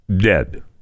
Dead